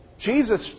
Jesus